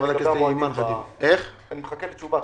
אני מחכה לתשובה.